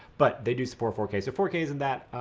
but they do support four k. so four k isn't that